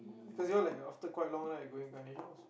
cause you all like after quite long right going Ganesh house